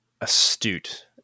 astute